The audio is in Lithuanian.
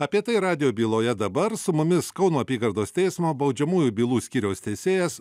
apie tai radijo byloje dabar su mumis kauno apygardos teismo baudžiamųjų bylų skyriaus teisėjas